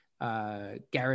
Garrett